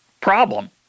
problem